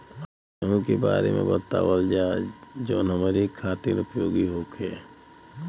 अच्छा गेहूँ के बारे में बतावल जाजवन हमनी ख़ातिर उपयोगी होखे?